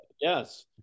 yes